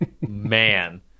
man